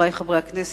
חברי חברי הכנסת,